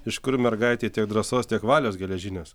iš kur mergaitei tiek drąsos tiek valios geležinės